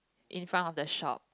in front of the shop